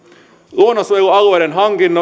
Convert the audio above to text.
luonnonsuojelualueiden